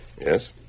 Yes